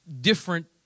different